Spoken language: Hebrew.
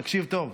תקשיב טוב,